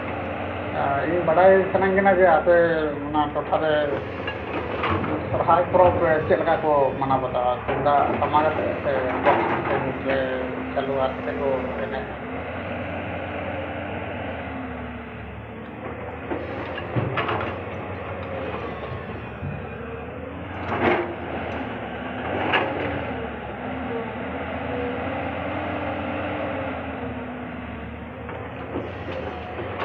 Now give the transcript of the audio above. ᱤᱧ ᱵᱟᱰᱟᱭ ᱥᱟᱱᱟᱧ ᱠᱟᱱᱟ ᱡᱮ ᱟᱯᱮ ᱚᱱᱟ ᱴᱚᱴᱷᱟ ᱨᱮ ᱥᱚᱨᱦᱟᱭ ᱯᱚᱨᱚᱵᱽ ᱪᱮᱫ ᱞᱮᱠᱟ ᱠᱚ ᱢᱟᱱᱟᱣ ᱵᱟᱛᱟᱣᱟ ᱛᱩᱢᱫᱟᱜ ᱴᱟᱢᱟᱠᱟᱛᱮ ᱥᱮ ᱵᱚᱠᱥ ᱢᱮᱥᱤᱱ ᱨᱮ ᱪᱟᱹᱞᱩ ᱟᱨ ᱠᱟᱛᱮ ᱠᱚ ᱮᱱᱮᱡᱼᱟ